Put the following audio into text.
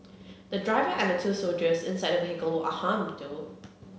the driver and the two soldiers inside the vehicle were unharmed though